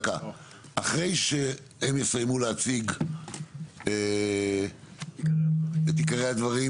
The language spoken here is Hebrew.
אחרי שהם יסיימו להציג את עיקרי הדברים,